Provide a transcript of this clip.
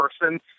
person